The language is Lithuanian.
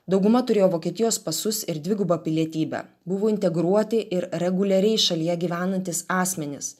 dauguma turėjo vokietijos pasus ir dvigubą pilietybę buvo integruoti ir reguliariai šalyje gyvenantys asmenys